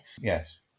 yes